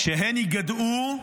כשהן ייגדעו,